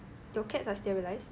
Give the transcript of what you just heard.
your cats are sterilised